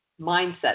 mindset